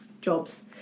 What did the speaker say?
jobs